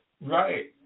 Right